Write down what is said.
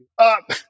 up